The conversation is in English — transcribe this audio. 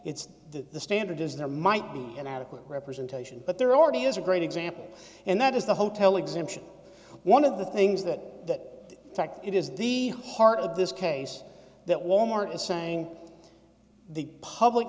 it's the standard is there might be an adequate representation but there already is a great example and that is the hotel exemption one of the things that affect it is the heart of this case that wal mart is saying the public